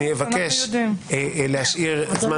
אבקש להשאיר זמן